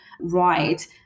right